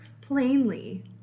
plainly